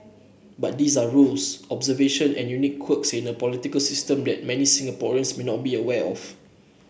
but these are rules observation and unique quirks in a political system that many Singaporeans may not be aware of